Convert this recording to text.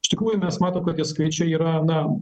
iš tikrųjų mes matom kad tie skaičiai yra na